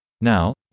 Now